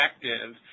effective